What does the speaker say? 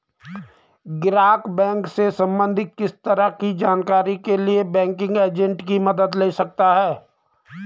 ग्राहक बैंक से सबंधित किसी तरह की जानकारी के लिए बैंकिंग एजेंट की मदद ले सकता है